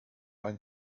ein